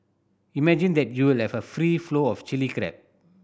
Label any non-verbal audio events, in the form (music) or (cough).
imagine that you'll (unintelligible) a free flow of Chilli Crab